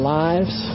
lives